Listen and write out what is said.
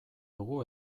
dugu